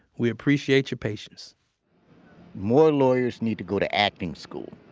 we appreciate your patience more lawyers need to go to acting school.